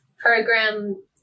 program